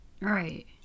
Right